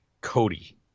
Cody